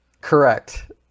Correct